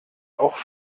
auch